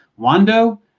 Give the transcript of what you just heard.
wando